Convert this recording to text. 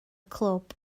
clwb